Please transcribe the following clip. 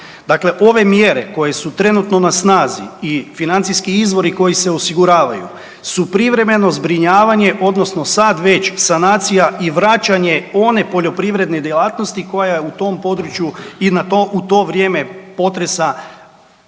ove mjere koje su trenutno na snazi i financijski izvori koji se osiguravaju su privremeno zbrinjavanje odnosno sad već sanacija i vraćanje one poljoprivredne djelatnosti koja je u tom području i u to vrijeme potresa